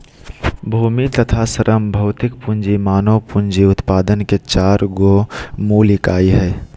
भूमि तथा श्रम भौतिक पूँजी मानव पूँजी उत्पादन के चार गो मूल इकाई हइ